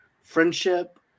friendship